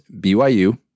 BYU